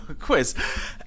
quiz